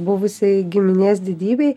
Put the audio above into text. buvusiai giminės didybei